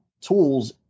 tools